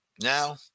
now